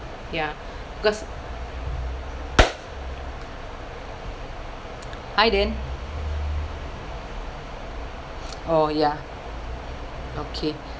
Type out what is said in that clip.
ya because hi dan oh ya okay